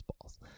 balls